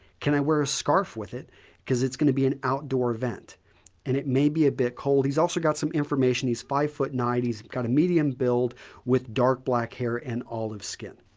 can i wear a scarf with it because it's going to be an outdoor event and it may be a bit cold? he's also got some information. he's five zero nine. he's got a medium build with dark black hair and olive skin.